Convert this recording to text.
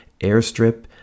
airstrip